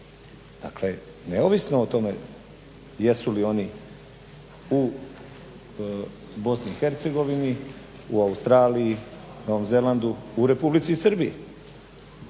Dakle, neovisno o tome jesu li oni u BiH, u Australiji, Novom Zelandu, u Republici Srbiji.